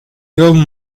ele